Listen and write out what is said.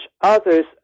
others